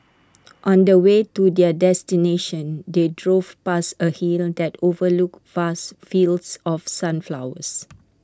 on the way to their destination they drove past A hill that overlooked vast fields of sunflowers